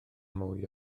mwy